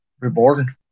reborn